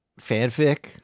fanfic